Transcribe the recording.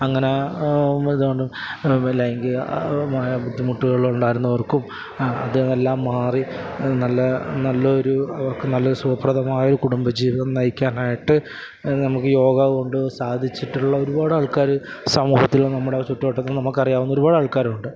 അങ്ങനെ ഇതുകൊണ്ട് ലൈംഗികമായ ബുദ്ധിമുട്ടുകൾ ഉണ്ടായിരുന്നവർക്കും അത് എല്ലാം മാറി നല്ല നല്ലൊരു അവർക്ക് നല്ലൊരു സുഖപ്രദമായ ഒരു കുടുംബജീവിതം നയിക്കാനായിട്ട് നമുക്ക് യോഗ കൊണ്ട് സാധിച്ചിട്ടുള്ള ഒരുപാട് ആൾക്കാർ സമൂഹത്തിലും നമ്മുടെ ചുറ്റുവട്ടത്തും നമുക്ക് അറിയാവുന്ന ഒരുപാട് ആൾക്കാരുണ്ട്